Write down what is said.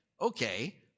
Okay